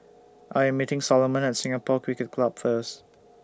I Am meeting Solomon At Singapore Cricket Club First